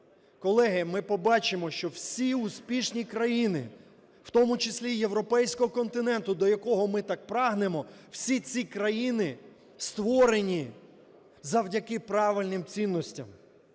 колеги, ми побачимо, що всі успішні країни, в тому числі і європейського континенту, до якого ми так прагнемо, всі ці країни створені завдяки правильним цінностям.